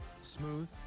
Smooth